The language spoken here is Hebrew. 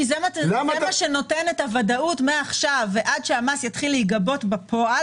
כי זה מה שנותן את הוודאות מעכשיו ועד שהמס יתחיל להיגבות בפועל,